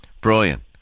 Brilliant